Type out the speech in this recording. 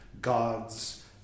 Gods